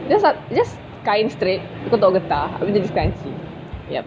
just uh just kain straight abeh kau tahu getah abeh jadi scrunchie ya